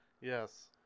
Yes